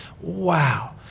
wow